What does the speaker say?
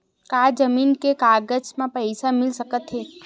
का जमीन के कागज म पईसा मिल सकत हे?